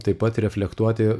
taip pat reflektuoti